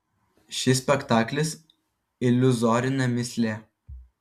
šis spektaklis iliuzorinė mįslė